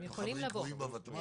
הם חבורים קבועים בותמ"ל?